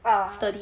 oh sturdy ah